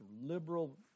liberal